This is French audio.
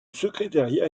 secrétariat